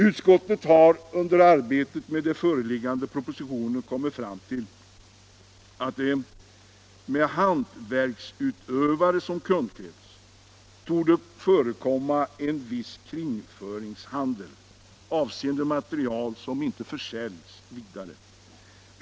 Utskottet har under arbetet med den föreliggande propositionen kommit fram till att det med hantverksutövare som kundkrets torde förekomma en viss kringföringshandel, avseende material som inte försäljs vidare.